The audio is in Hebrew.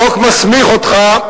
החוק מסמיך אותך,